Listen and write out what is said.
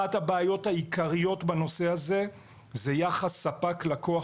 אחת הבעיות העיקריות בנושא הזה זה יחס ספק-לקוח